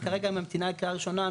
וכרגע היא ממתינה לקריאה ראשונה,